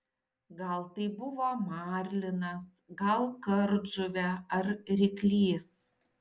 gal tai buvo marlinas gal kardžuvė ar ryklys